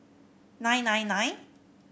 nine nine nine